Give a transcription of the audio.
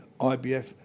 IBF